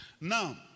Now